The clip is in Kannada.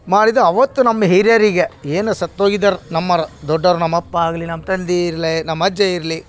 ಮಾಡಿದ್ದು ಅವತ್ತು ನಮ್ಮ ಹಿರಿಯರಿಗೆ ಏನು ಸತ್ತೋಗಿದಾರೆ ನಮ್ಮೋರ್ ದೊಡ್ಡೋರ್ ನಮ್ಮ ಅಪ್ಪ ಆಗಲಿ ನಮ್ಮ ತಂದೆ ಇರ್ಲಿ ನಮ್ಮ ಅಜ್ಜ ಇರಲಿ